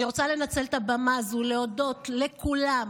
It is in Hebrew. אני רוצה לנצל את הבמה הזאת להודות לכולם,